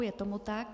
Je tomu tak.